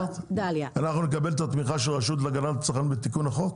אנחנו נקבל את התמיכה של הרשות להגנת הצרכן בתיקון החוק?